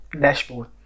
dashboard